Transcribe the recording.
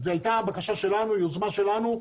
זאת הייתה בקשה ויוזמה שלנו.